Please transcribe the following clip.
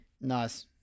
Nice